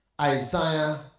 Isaiah